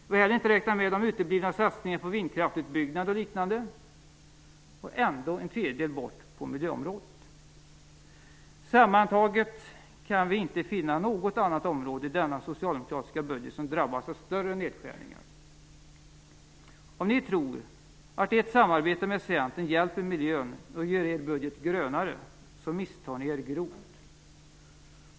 Vi har heller inte räknat med de uteblivna satsningarna på vindkraftsutbyggnad och liknande. Ändå blir det en tredjedel som går bort på miljöområdet! Sammantaget kan vi inte finna något annat område i denna socialdemokratiska budget som drabbas av större nedskärningar. Om ni tror att ert samarbete med Centern hjälper miljön och gör er budget grönare, så misstar ni er grovt.